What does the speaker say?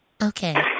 Okay